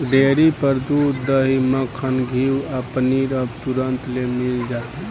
dairy पर दूध, दही, मक्खन, घीव आ पनीर अब तुरंतले मिल जाता